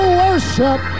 worship